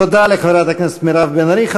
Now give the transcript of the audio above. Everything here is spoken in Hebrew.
תודה לחברת הכנסת מירב בן ארי.